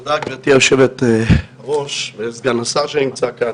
תודה גברתי יושבת הראש וסגן השר שנמצא כאן.